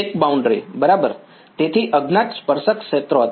એક બાઉન્ડ્રી બરાબર તેથી અજ્ઞાત સ્પર્શક ક્ષેત્રો હતા